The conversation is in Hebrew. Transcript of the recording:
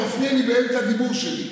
כי אתה מפריע לי באמצע הדיבור שלי,